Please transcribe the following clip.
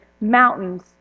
mountains